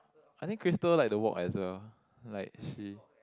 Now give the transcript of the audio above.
I think Crystal like the walk as well like she